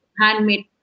handmade